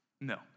No